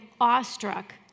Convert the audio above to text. awestruck